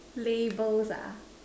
labels ah